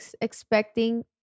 expecting